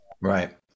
Right